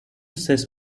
says